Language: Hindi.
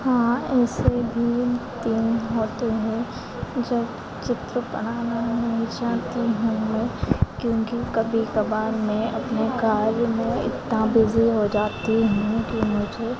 हाँ ऐसे भी दिन होते हैं जब चित्र बनाना नहीं चाहती हूँ मैं क्योंकि कभी कभार मे अपने कार्य में इतना बिज़ी हो जाती हूँ कि मुझे